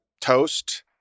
toast